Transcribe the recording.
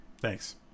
Thanks